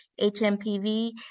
HMPV